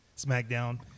Smackdown